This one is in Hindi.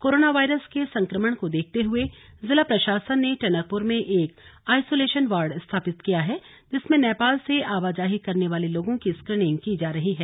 कोरोना वायरस के संक्रमण को देखते जिला प्रशासन ने टनकपुर में एक आइसोलशन वार्ड स्थापित किया है जिसमें नेपाल से आवाजाही करने वाले लोगों की स्क्रीनिंग की जा रही है